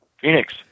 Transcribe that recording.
Phoenix